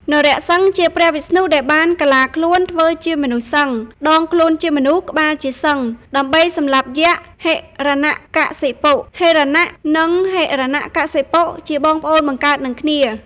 នរសិង្ហ ជាព្រះវិស្ណុដែលបានកាឡាខ្លួនធ្វើជាមនុស្សសិង្ហ (ដងខ្លួនជាមនុស្ស ក្បាលជាសិង្ហ) ដើម្បីសម្លាប់យក្សហិរណកសិបុ(ហិរណៈ និងហិរណកសិបុ ជាបងប្អូនបង្កើតនឹងគ្នា)។